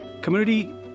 Community